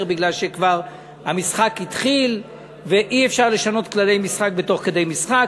בגלל שהמשחק כבר התחיל ואי-אפשר לשנות כללי משחק תוך די משחק,